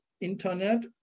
internet